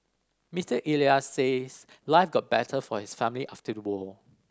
Mister Elias says life got better for his family after the war